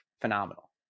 phenomenal